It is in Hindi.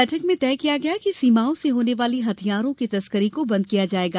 बैठक में तय किया गया है कि सीमाओं से होने वाली हथियारों की तस्करी को बंद किया जाएगा